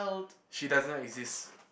she doesn't exist